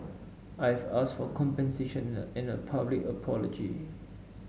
I've asked for compensation and a public apology